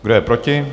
Kdo je proti?